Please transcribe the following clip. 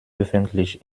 öffentlich